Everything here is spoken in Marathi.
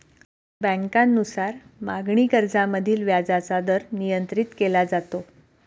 बँकांनुसार मागणी कर्जामधील व्याजाचा दर नियंत्रित केला जातो